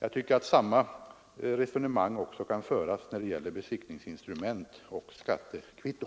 Jag tycker att samma resonemang kan föras när det gäller besiktningsinstrument och skattekvitto.